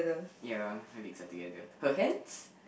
ya her legs are together her hands